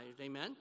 amen